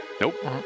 Nope